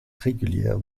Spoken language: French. régulière